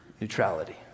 neutrality